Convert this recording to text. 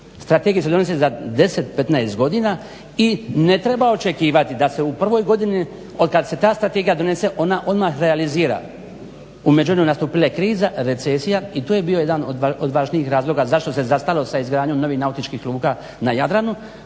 strategija se donosi za 10. 15 godina i ne treba očekivati da se u prvoj godini od kada se ta strategija donese ona odmah realizira. U međuvremenu nastupila je kriza, recesija i to je bio jedan od važnijih razloga zašto se zastalo sa izgradnjom novih nautičkih luka na Jadranu,